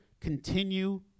continue